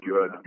Good